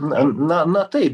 na na na taip